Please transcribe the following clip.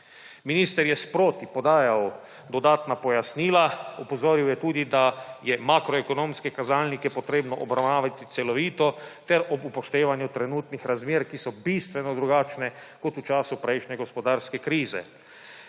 Minister je sproti podajal dodatna pojasnila. Opozoril je tudi, da je makroekonomske kazalnike treba obravnavati celovito ter ob upoštevanju trenutnih razmer, ki so bistveno drugačne kot v času prejšnje gospodarske krize.